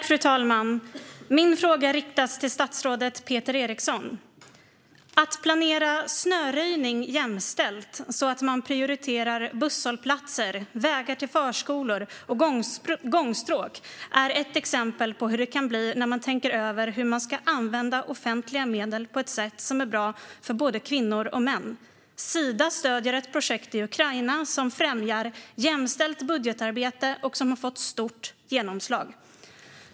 Fru talman! Min fråga riktas till statsrådet Peter Eriksson. Att planera snöröjning jämställt, så att man prioriterar busshållplatser, vägar till förskolor och gångstråk är ett exempel på hur det kan bli när man tänker över hur man ska använda offentliga medel på ett sätt som är bra för både kvinnor och män. Sida stöder ett projekt i Ukraina som främjar jämställt budgetarbete och som har fått stort genomslag.